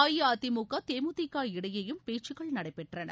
அஇஅதிமுக தேமுதிக இடையேயும் பேச்சுக்கள் நடைபெற்றன